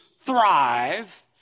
thrive